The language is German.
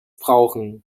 brauchen